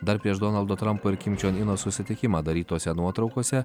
dar prieš donaldo trampo ir kimčionino susitikimą darytose nuotraukose